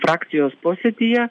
frakcijos posėdyje